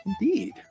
Indeed